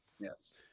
Yes